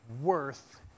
worth